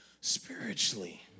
spiritually